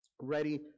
Ready